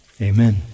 Amen